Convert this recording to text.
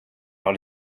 par